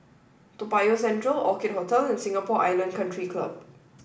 Toa Payoh Central Orchid Hotel and Singapore Island Country Club